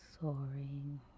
Soaring